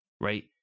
right